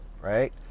right